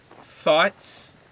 thoughts